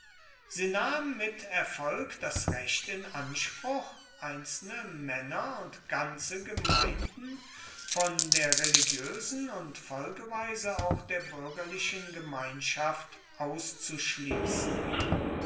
sie nahm mit erfolg das recht in anspruch einzelne männer und ganze gemeinden von der religiösen und folgeweise auch der bürgerlichen gemeinschaft auszuschließen